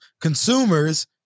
consumers